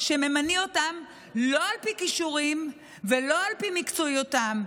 שממנים אותם לא על פי כישורים ולא על פי מקצועיותם,